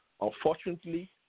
Unfortunately